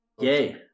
Yay